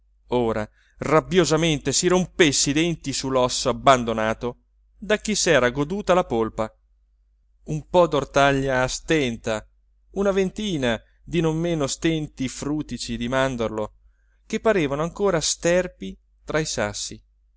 ora rabbiosamente si rompesse i denti su l'osso abbandonato da chi s'era goduta la polpa un po d'ortaglia stenta una ventina di non meno stenti frutici di mandorlo che parevano ancora sterpi tra i sassi